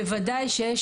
ודאי יש